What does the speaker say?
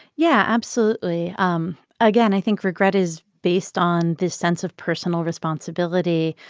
yeah, absolutely. um again, i think regret is based on this sense of personal responsibility.